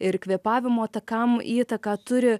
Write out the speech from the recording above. ir kvėpavimo takam įtaką turi